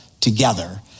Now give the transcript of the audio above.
together